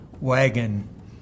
wagon